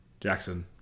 Jackson